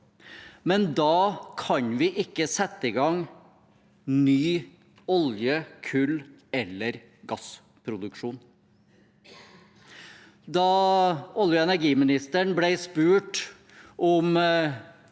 men da kan vi ikke sette i gang ny olje-, kulleller gassproduksjon. Da olje- og energiministeren ble spurt om